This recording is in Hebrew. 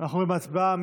אנחנו עוברים להצבעה.